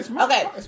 okay